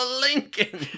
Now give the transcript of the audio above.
Lincoln